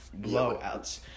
blowouts